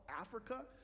Africa